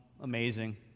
amazing